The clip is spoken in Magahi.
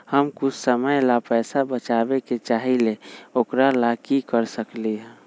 हम कुछ समय ला पैसा बचाबे के चाहईले ओकरा ला की कर सकली ह?